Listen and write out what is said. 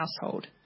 household